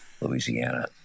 Louisiana